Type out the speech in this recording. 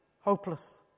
hopeless